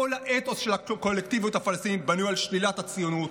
כל האתוס של הקולקטיביות הפלסטינית בנוי על שלילת הציונות.